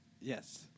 Yes